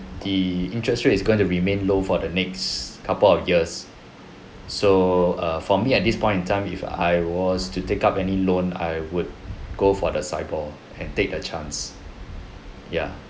the interest rate is going to remain low for the next couple of years so uh for me at this point in time if I was to take up any loan I would go for the SIBOR and take a chance ya